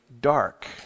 dark